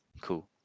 cool